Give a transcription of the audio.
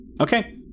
okay